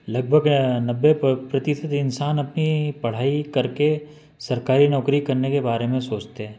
लगभग नब्बे प्रतिशत इंसान अपनी पढ़ाई करके सरकारी नौकरी करने के बारे में सोचते हैं